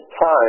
time